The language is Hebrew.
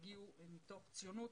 הגיעו מתוך ציוניות,